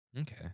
Okay